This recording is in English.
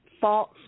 false